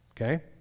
okay